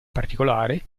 particolare